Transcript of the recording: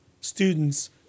student's